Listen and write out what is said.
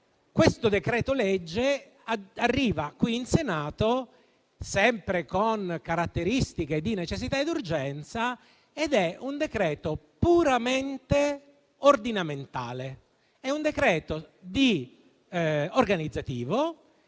questo decreto-legge arriva qui in Senato, sempre con caratteristiche di necessità e urgenza, essendo un decreto puramente ordinamentale. È un decreto organizzativo,